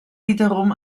wiederum